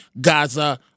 Gaza